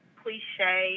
cliche